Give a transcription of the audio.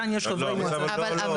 לא.